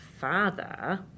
father